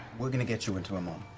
we're going to get you into emon.